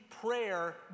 prayer